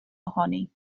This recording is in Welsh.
ohoni